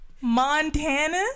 Montana